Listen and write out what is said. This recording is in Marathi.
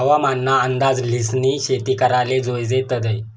हवामान ना अंदाज ल्हिसनी शेती कराले जोयजे तदय